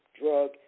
drug